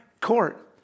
court